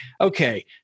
okay